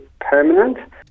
permanent